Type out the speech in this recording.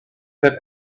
that